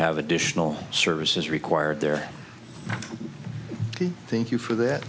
have additional services required there thank you for that